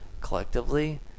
collectively